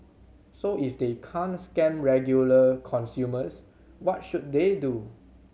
so if they can't scam regular consumers what should they do